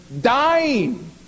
dying